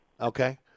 Okay